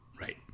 Right